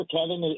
Kevin